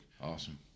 awesome